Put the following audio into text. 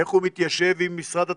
איך הוא מתיישב עם משרד התחבורה.